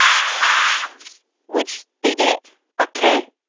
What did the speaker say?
um which they did a k,